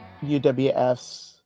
UWF's